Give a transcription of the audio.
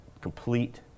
complete